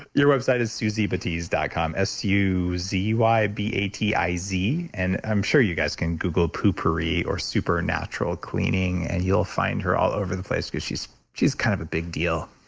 your website is suzybatiz dot com, s u z y b a t i z. and i'm sure you guys can google poo-pourri or supernatural cleaning and you'll find her all over the place because she's she's kind of a big deal.